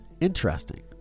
interesting